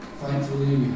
Thankfully